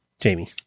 Jamie